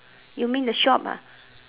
you mean the shop ah